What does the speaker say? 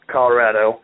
Colorado